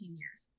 years